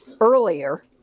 earlier